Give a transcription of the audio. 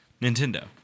Nintendo